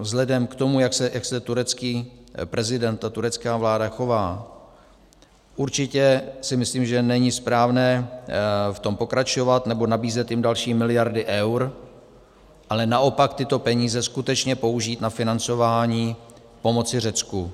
Vzhledem k tomu, jak se turecký prezident a turecká vláda chovají, určitě si myslím, že není správné v tom pokračovat nebo nabízet jim další miliardy eur, ale naopak tyto peníze skutečně použít na financování pomoci Řecku.